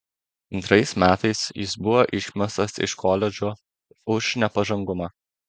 antrais metais jis buvo išmestas iš koledžo už nepažangumą